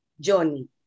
journey